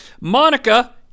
Monica